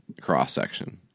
cross-section